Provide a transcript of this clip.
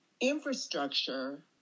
infrastructure